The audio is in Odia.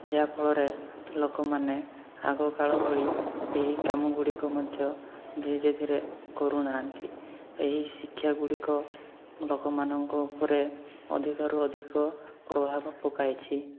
ଯାହା ଫଳରେ ଲୋକମାନେ ଆଗକାଳ ଭଳି ଏହି କାମଗୁଡ଼ିକ ମଧ୍ୟ ଧୀରେ ଧୀରେ କରୁନାହାନ୍ତି ଏହି ଶିକ୍ଷାଗୁଡ଼ିକ ଲୋକମାନଙ୍କ ଉପରେ ଅଧିକ ରୁ ଅଧିକ ପ୍ରଭାବ ପକାଇଛି